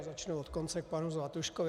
Začnu od konce k panu Zlatuškovi.